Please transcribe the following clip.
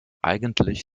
eigentlich